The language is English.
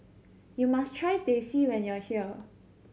you must try Teh C when you are here